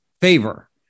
favor